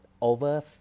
over